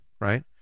right